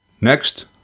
Next